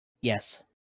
Yes